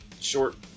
short